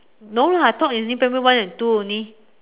no lah I thought in primary one and two only